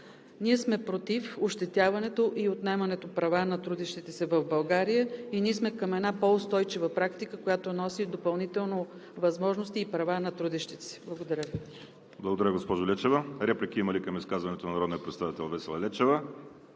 Ние сме против ощетяването и отнемането на права на трудещите се в България. Ние сме към една по-устойчива практика, която носи допълнително възможности и права на трудещите се. Благодаря Ви. ПРЕДСЕДАТЕЛ ВАЛЕРИ СИМЕОНОВ: Благодаря Ви, госпожо Лечева. Реплики има ли към изказването на народния представител Весела Лечева?